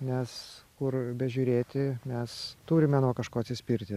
nes kur bežiūrėti mes turime nuo kažko atsispirti